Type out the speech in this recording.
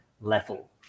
level